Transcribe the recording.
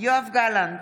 יואב גלנט,